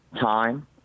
time